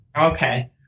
Okay